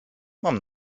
mam